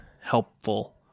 helpful